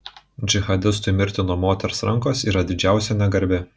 džihadistui mirti nuo moters rankos yra didžiausia negarbė